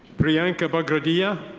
priyanka bagradia.